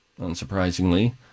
unsurprisingly